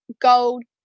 gold